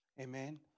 Amen